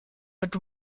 but